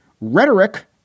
rhetoric